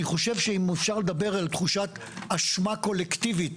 אני חושב, שאם אפשר לדבר על תחושת אשמה קולקטיבית